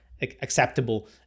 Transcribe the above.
acceptable